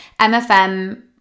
MFM